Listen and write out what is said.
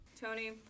Tony